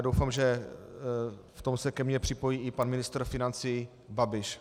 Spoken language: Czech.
Doufám, že v tom se ke mně připojí i pan ministr financí Babiš.